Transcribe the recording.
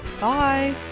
bye